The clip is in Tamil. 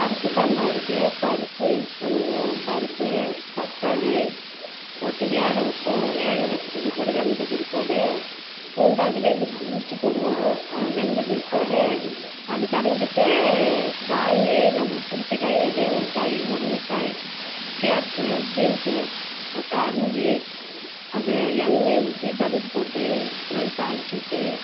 பருப்பு சாம்பாருக்கு பருப்பு யூஸ் பண்ணுவோம் பருப்பு தக்காளி போட்டு வேக வைப்போம் வேக வைச்ச பிற்பாடு வெந்த பிற்பாடு பூண்டு அதுலேயே உரிச்சி உரித்து போடுவோம் வெந்த பிற்பாடு அது கடைஞ்சிட்டு காய் நம்மளுக்கு பிடிச்ச காய் எதையோ ஒரு காய் முருங்கைக்காய் கேரட்டு பீன்ஸு போட்டு அரிஞ்சு அது எண்ணெய் ஊற்றி கடுகு போட்டு நல்லா தாளித்து விட்டு